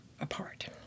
apart